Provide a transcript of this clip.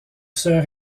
sœur